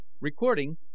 Recording